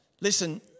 Listen